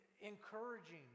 Encouraging